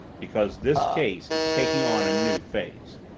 because this case is taking on a new phase.